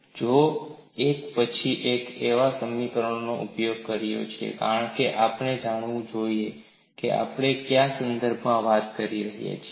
મેં એક પછી એક એવાં સમીકરણોનો ઉપયોગ કર્યો છે કારણ કે આપણે જાણવું જોઈએ કે આપણે કયા સંદર્ભમાં વાત કરી રહ્યા છીએ